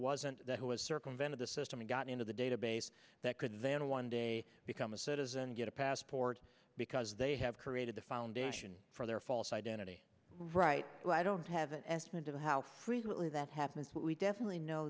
wasn't who was circumvented the system and got into the database that could then one day become a citizen get a passport because they have created the foundation for their false identity right i don't have an estimate of how frequently that happens but we definitely know